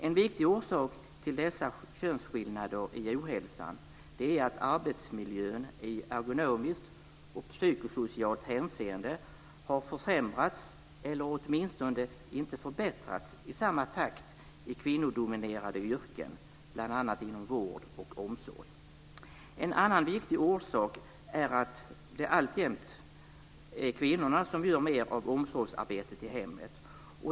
En viktig orsak till dessa könsskillnader i ohälsan är att arbetsmiljön i ergonomiskt och psykosocialt hänseende har försämrats eller åtminstone inte förbättrats i samma takt i kvinnodominerade yrken bl.a. inom vård och omsorg. En annan viktig orsak är att det alltjämt är kvinnorna som utför mer av omsorgsarbetet i hemmet.